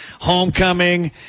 Homecoming